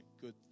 good